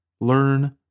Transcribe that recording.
learn